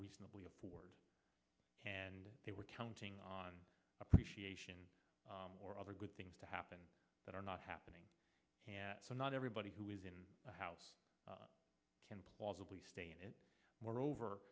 reasonably afford and they were counting on appreciation or other good things to happen that are not happening so not everybody who is in the house can plausibly stay in it were over